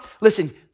listen